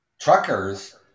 Truckers